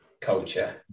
culture